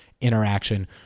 interaction